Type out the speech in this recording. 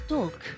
Talk